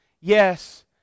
Yes